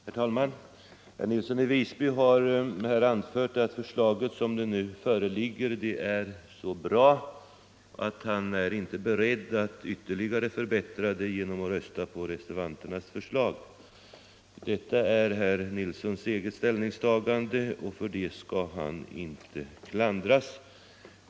Herr talman! Herr Nilsson i Visby har anfört att förslaget som det nu föreligger är så bra att han inte är beredd att ytterligare förbättra det genom att rösta på reservanternas förslag. Detta är herr Nilssons eget ställningstagande, och för det skall han inte klandras.